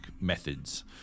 methods